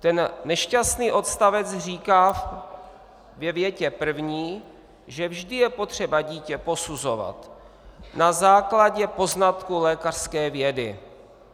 Ten nešťastný odstavec říká ve větě první, že vždy je potřeba dítě posuzovat na základě poznatků lékařské vědy,